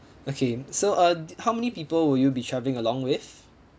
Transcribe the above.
okay so uh how many people will you be travelling along with